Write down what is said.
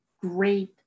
great